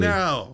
now